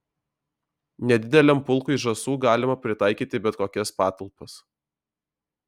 nedideliam pulkui žąsų galima pritaikyti bet kokias patalpas